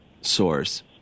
source